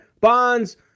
Bonds